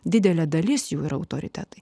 didelė dalis jų yra autoritetai